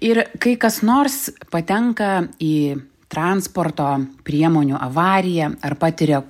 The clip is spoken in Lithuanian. ir kai kas nors patenka į transporto priemonių avariją ar patiria